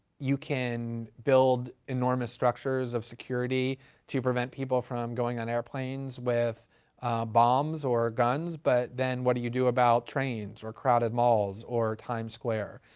you can build enormous structures of security to prevent people from going on airplanes with bombs or guns, but then what do you do about trains or crowded malls or times square?